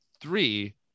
three